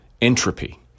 entropy